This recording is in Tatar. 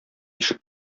ишек